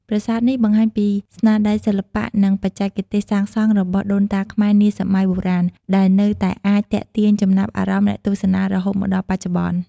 ប្រាសាទនេះបង្ហាញពីស្នាដៃសិល្បៈនិងបច្ចេកទេសសាងសង់របស់ដូនតាខ្មែរនាសម័យបុរាណ ដែលនៅតែអាចទាក់ទាញចំណាប់អារម្មណ៍អ្នកទស្សនារហូតមកដល់បច្ចុប្បន្ន។